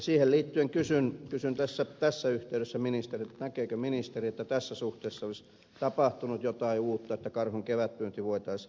siihen liittyen kysyn tässä yhteydessä ministeriltä näkeekö ministeri että tässä suhteessa olisi tapahtunut jotain uutta että karhun kevätpyynti voitaisiin palauttaa